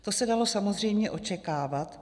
To se dalo samozřejmě očekávat.